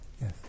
Yes